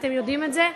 אתם יודעים את זה?